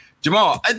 Jamal